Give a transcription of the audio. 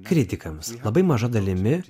kritikams labai maža dalimi